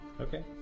Okay